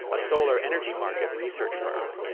a solar energy market research firm.